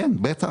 בטח.